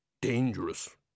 Dangerous